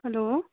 hello